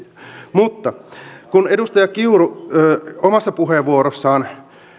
mutta kun edustaja kiuru omassa puheenvuorossaan